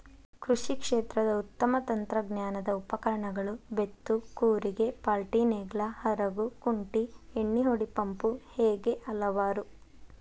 ಕೃಷಿ ಕ್ಷೇತ್ರದ ಉತ್ತಮ ತಂತ್ರಜ್ಞಾನದ ಉಪಕರಣಗಳು ಬೇತ್ತು ಕೂರಿಗೆ ಪಾಲ್ಟಿನೇಗ್ಲಾ ಹರಗು ಕುಂಟಿ ಎಣ್ಣಿಹೊಡಿ ಪಂಪು ಹೇಗೆ ಹಲವಾರು